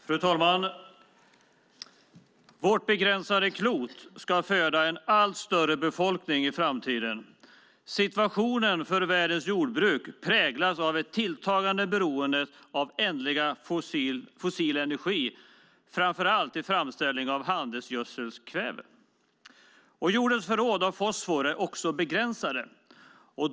Fru talman! Vårt begränsade klot ska föda en allt större befolkning i framtiden. Situationen för världens jordbruk präglas av ett tilltagande beroende av ändlig fossil energi, framför allt till framställning av handelsgödselkväve. Jordens förråd av fosfor är också begränsade.